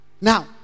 Now